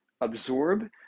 absorb